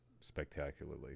spectacularly